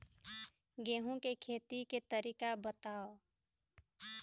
गेहूं के खेती के तरीका बताव?